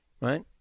Right